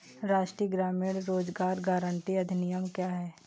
राष्ट्रीय ग्रामीण रोज़गार गारंटी अधिनियम क्या है?